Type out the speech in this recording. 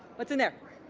what's in there?